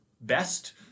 best